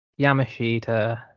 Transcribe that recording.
Yamashita